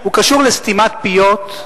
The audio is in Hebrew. הוא קשור לסתימת פיות,